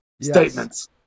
statements